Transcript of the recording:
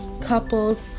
couples